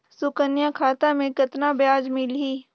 सुकन्या खाता मे कतना ब्याज मिलही?